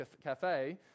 Cafe